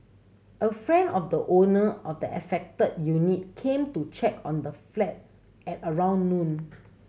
a friend of the owner of the affected unit came to check on the flat at around noon